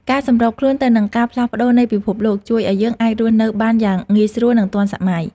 ការសម្របខ្លួនទៅនឹងការផ្លាស់ប្តូរនៃពិភពលោក ជួយឱ្យយើងអាចរស់នៅបានយ៉ាងងាយស្រួលនិងទាន់សម័យ។